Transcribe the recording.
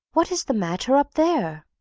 what is the matter up there?